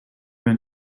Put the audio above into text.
when